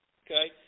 okay